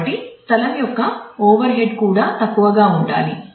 కాబట్టి స్థలం యొక్క ఓవర్ హెడ్ కూడా తక్కువగా ఉండాలి